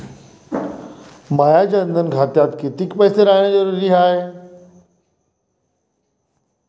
माया जनधन खात्यात कितीक पैसे रायन जरुरी हाय?